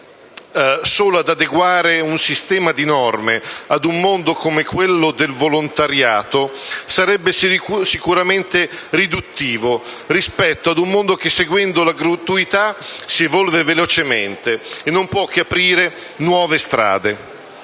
solo ad adeguare un sistema di norme ad un mondo come quello del volontariato sarebbe sicuramente riduttivo per un mondo che, seguendo la gratuità, si evolve velocemente e non può che aprire nuove strade.